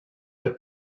per